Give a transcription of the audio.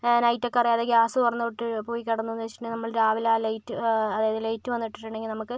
നൈറ്റൊക്കെ അറിയാതെ ഗ്യാസ് തുറന്ന് വിട്ട് പോയി കിടന്നുവെന്നു വെച്ചിട്ടുണ്ടെങ്കിൽ പിന്നെ നമ്മൾ രാവിലെ ആ ലൈറ്റ് അതായത് ലൈറ്റ് വന്ന് ഇട്ടിട്ടുണ്ടെങ്കിൽ നമുക്ക്